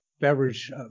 beverage